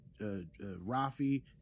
rafi